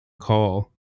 call